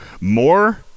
more